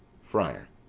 friar.